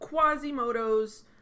Quasimodo's